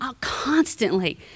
constantly